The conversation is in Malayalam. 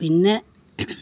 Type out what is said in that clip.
പിന്നെ